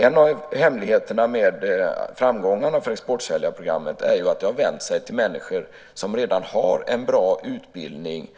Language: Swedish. En av hemligheterna med framgångarna för exportsäljarprogrammet är att det har vänt sig till människor som redan har en bra utbildning,